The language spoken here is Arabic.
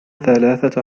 ثلاثة